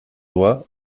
lois